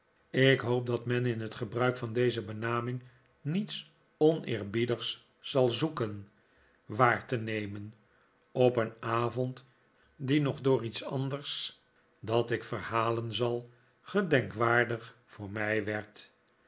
ik hoop dat men in het gebruik van deze ben'aming niets oneerbiedigs zal zoeken waar te nemen op een avond die nog door iets anders dat ik verhalen zal gedenkwaardig voor mij werd